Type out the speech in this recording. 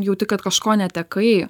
jauti kad kažko netekai